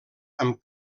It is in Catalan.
amb